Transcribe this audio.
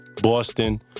Boston